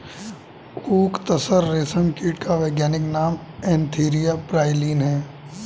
okay तसर रेशम कीट का वैज्ञानिक नाम एन्थीरिया प्राइलीन है